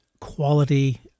quality